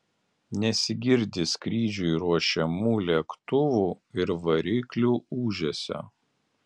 nesigirdi skrydžiui ruošiamų lėktuvų ir variklių ūžesio